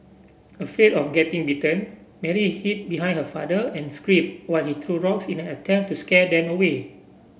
afraid of getting bitten Mary hid behind her father and screamed while he threw rocks in an attempt to scare them away